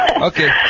Okay